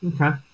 Okay